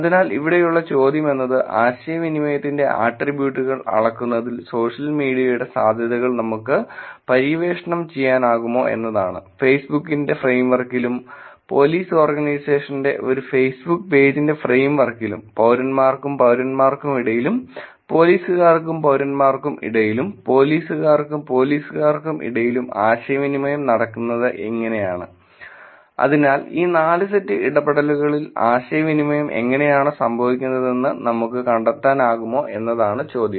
അതിനാൽ ഇവിടെയുള്ള ചോദ്യം എന്നത് ആശയവിനിമയത്തിന്റെ ആട്രിബ്യൂട്ടുകൾ അളക്കുന്നതിൽ സോഷ്യൽ മീഡിയയുടെ സാധ്യതകൾ നമുക്ക് പര്യവേക്ഷണം ചെയ്യാനാകുമോ എന്നതാണ് ഫെയ്സ്ബുക്കിന്റെ ഫ്രെയിംവർക്കിലും പോലീസ് ഓർഗനൈസേഷന്റെ ഒരു ഫേസ്ബുക്ക് പേജിന്റെ ഫ്രെയിം വർക്കിലും പൌരന്മാർക്കും പൌരന്മാർക്കും ഇടയിലും പോലീസുകാർക്കും പൌരന്മാർക്കും ഇടയിലും പോലീസുകാർക്കും പോലീസുകാർക്കും ഇടയിലും ആശയവിനിമയം നടക്കുന്നത് ഇങ്ങനെയാണ് അതിനാൽ ഈ നാല് സെറ്റ് ഇടപെടലുകളിൽ ആശയ വിനിമയം എങ്ങനെയാണ് സംഭവിക്കുന്നതെന്ന് നമുക്ക് കണ്ടെത്താനാകുമോ എന്ന താണ് ചോദ്യം